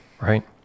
right